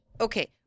Okay